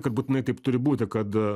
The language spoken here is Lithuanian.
kad būtinai taip turi būti kad